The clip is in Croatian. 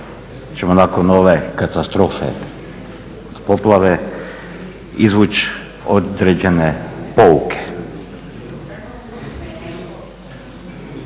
ćemo nakon ove katastrofe, poplave, izvući određene pouke.